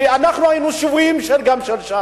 כי גם אנחנו היינו שבויים של ש"ס.